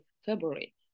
February